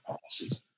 policies